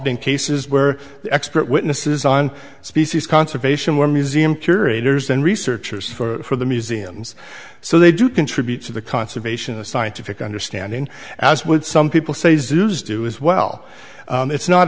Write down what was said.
been cases where the expert witnesses on species conservation were museum curators and researchers for the museums so they do contribute to the conservation of scientific understanding as would some people say zoos do as well it's not